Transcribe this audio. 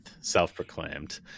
self-proclaimed